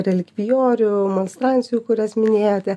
relikvijorių monstrancijų kurias minėjote